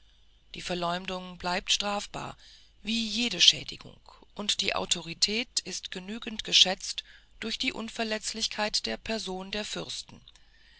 die verleumdung bleibt strafbar wie jede schädigung und die autorität ist genügend geschätzt durch die unverletzlichkeit der person der fürsten